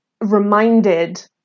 reminded